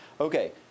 Okay